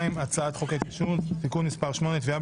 הצעת חוק ההתיישנות (תיקון מס' 8) (תביעה